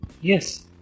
Yes